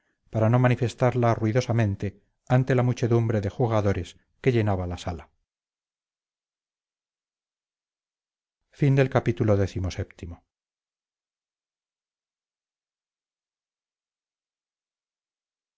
para no manifestarla ruidosamente ante la muchedumbre de jugadores que llenaba la sala